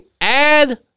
add